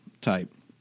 type